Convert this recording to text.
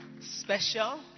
special